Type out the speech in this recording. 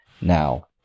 Now